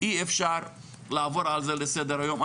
אי אפשר לעבור על זה לסדר היום.